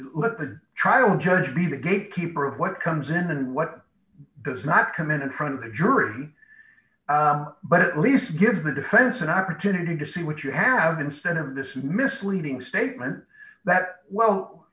let the trial judge be the gate keeper of what comes in and what does not come in in front of the jury but at least give the defense an opportunity to see what you have instead of this misleading statement that well